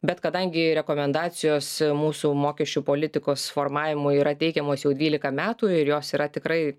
bet kadangi rekomendacijos mūsų mokesčių politikos formavimui yra teikiamos jau dvylika metų ir jos yra tikrai